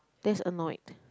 that's annoyed